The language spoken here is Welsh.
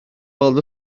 weld